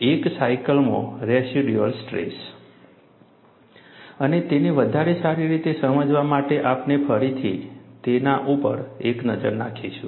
એક સાયકલમાં residual stress અને તેને વધારે સારી રીતે સમજવા માટે આપણે ફરીથી તેના ઉપર એક નજર નાખીશું